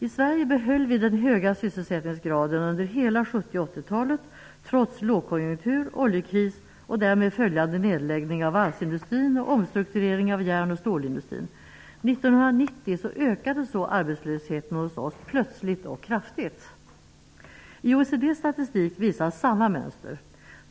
I Sverige behöll vi den höga sysselsättningsgraden under hela 70 och 80-talen, trots lågkonjunktur, oljekris och därmed följande nedläggning av varvsindustrin och omstruktueringen av järn och stålindustrin. 1990 ökade arbetslösheten hos oss plötsligt och kraftigt. I OECD:s statistik visas samma mönster.